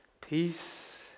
Peace